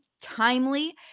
timely